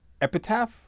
epitaph